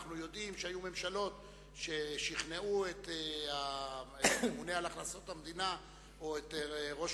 אנחנו יודעים שהיו ממשלות ששכנעו את הממונה על הכנסות המדינה או את ראש